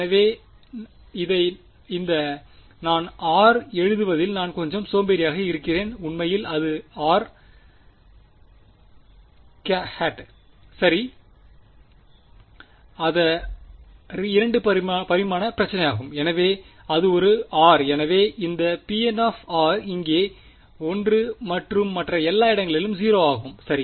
எனவே இந்த நான் r எழுதுவதில் நான் கொஞ்சம் சோம்பேறியாக இருக்கிறேன் உண்மையில் அது r சரி அத 2 பரிமாண பிரச்னைகளாகும் எனவே அது ஒரு r எனவே இந்த pn இங்கே 1 மற்றும் மற்ற எல்லா இடங்களிலும் 0 ஆகும் சரி